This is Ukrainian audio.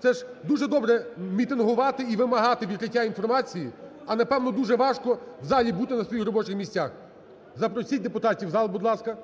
Це ж дуже добре мітингувати і вимагати відкриття інформації, а, напевно, дуже важко в залі бути на своїх робочих місцях. Запросіть депутатів у зал, будь ласка.